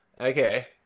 Okay